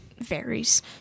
varies